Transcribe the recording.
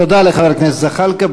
תודה לחבר הכנסת זחאלקה.